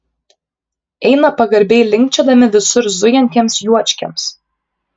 eina pagarbiai linkčiodami visur zujantiems juočkiams